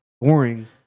boring